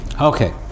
Okay